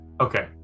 Okay